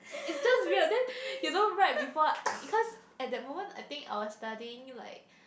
is just weird then you know right before because at that moment I think I was studying like